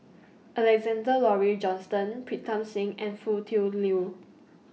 Alexander Laurie Johnston Pritam Singh and Foo Tui Liew